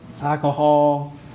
alcohol